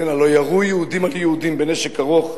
כשמאז "אלטלנה" לא ירו יהודים על יהודים בנשק ארוך,